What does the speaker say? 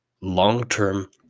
long-term